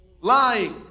lying